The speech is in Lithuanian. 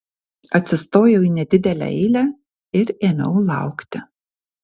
atsistojau į nedidelę eilę ir ėmiau laukti